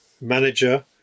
manager